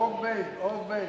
אמן, אמן.